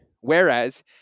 Whereas